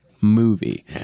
movie